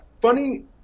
funny